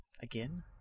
Again